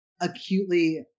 acutely